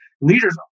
leaders